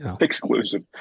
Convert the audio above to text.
Exclusive